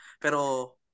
pero